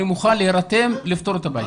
אני מוכן להירתם לפתור את הבעיה.